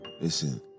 listen